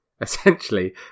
Essentially